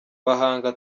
bahanga